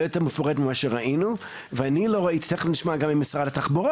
יותר מפורטת ממה שראינו ואני לא ראיתי ותיכף נשמע גם ממשרד התחבורה